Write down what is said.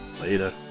Later